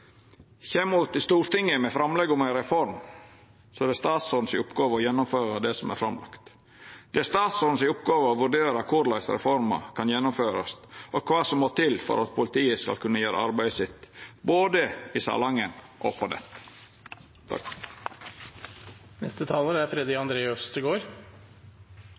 kjem til Stortinget med framlegg om ei reform, då er det oppgåva til statsråden å gjennomføra det som ho har lagt fram. Det er oppgåva til statsråden å vurdera korleis reforma kan gjennomførast, og kva som må til for at politiet skal kunna gjera arbeidet sitt, både i Salangen og på nett. Dette